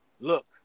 Look